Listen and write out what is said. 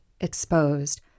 Exposed